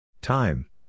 Time